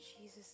Jesus